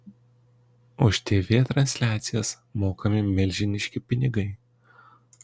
už tv transliacijas mokami milžiniški pinigai